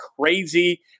crazy